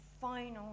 final